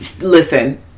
listen